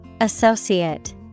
Associate